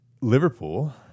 liverpool